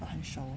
很熟